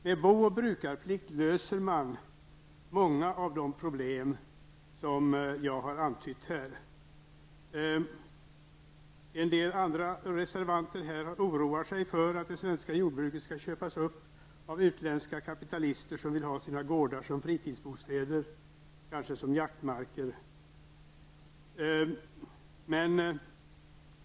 Med bo och brukarplikt löser man många av de problem som jag har antytt här. En del andra reservanter oroar sig för att det svenska jordbruket skall köpas upp av utländska kapitalister som vill ha sina gårdar som fritidsbostäder, kanske som jaktmarker.